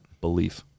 Belief